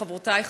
חברותי,